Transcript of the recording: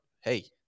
hey